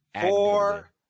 Four